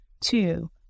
Two